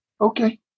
Okay